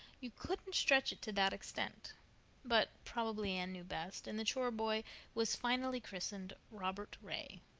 you couldn't stretch it to that extent but probably anne knew best, and the chore boy was finally christened robert ray,